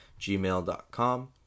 gmail.com